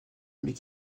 mais